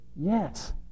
yes